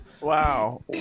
wow